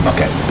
Okay